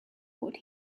what